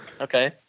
okay